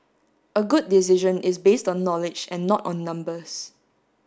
a good decision is based on knowledge and not on numbers